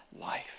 life